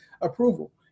approval